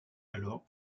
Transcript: alors